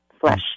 flesh